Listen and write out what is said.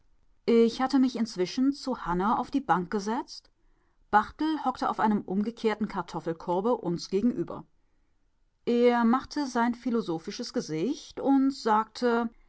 ich hatte mich inzwischen zu hanne auf die bank gesetzt barthel hockte auf einem umgekehrten kartoffelkorbe uns gegenüber er machte sein philosophisches gesicht und sagte